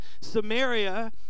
Samaria